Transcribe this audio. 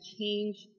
change